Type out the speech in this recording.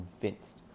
convinced